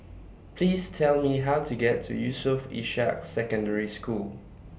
Please Tell Me How to get to Yusof Ishak Secondary School